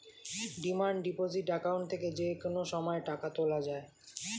demand deposit account থেকে যে কোনো সময় টাকা তোলা যায়